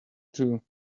too